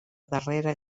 darrera